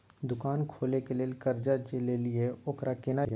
दुकान खोले के लेल कर्जा जे ललिए ओकरा केना जमा करिए?